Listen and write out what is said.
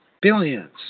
Billions